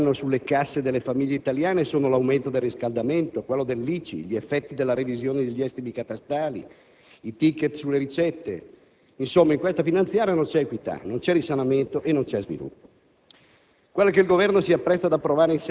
Altri fattori che peseranno sulle casse delle famiglie italiane sono l'aumento del riscaldamento, quello dell'ICI, gli effetti della revisione degli estimi catastali, i *ticket* sulle ricette. Insomma, in questa finanziaria non c'è equità, non c'è risanamento e non c'è sviluppo.